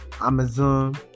amazon